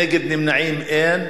נגד ונמנעים, אין.